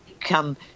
come